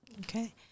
Okay